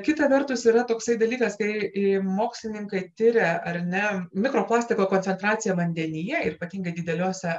kita vertus yra toksai dalykas kai mokslininkai tiria ar ne mikroplastiko koncentraciąa vandenyje ypatingai dideliuose